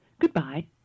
Goodbye